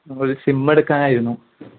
നമുക്ക് ഒരു സിമ്മെ എടുക്കാനായിരുന്നു